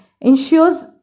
ensures